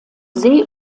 see